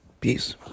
Peace